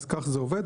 אז כך זה עובד,